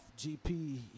gp